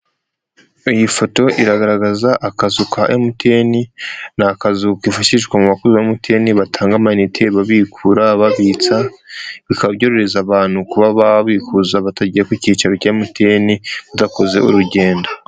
Iyi foto iragaragaza akazu ka MTN, ni akazu kifashishwa mu bakozi ba MTN, batanga amayinite, babikura, babitsa, bikaba byoheza abantu kuba babikuza batagiye ku cyicaro cya MTN, udakoze urugendo.